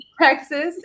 Texas